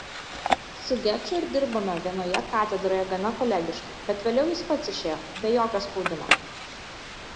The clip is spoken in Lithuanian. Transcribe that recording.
su geču ir dirbome vienoje katedroje gana kolegiškai bet vėliau jis pats išėjo be jokio spaudimo